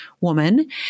woman